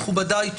מכובדיי,